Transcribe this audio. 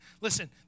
Listen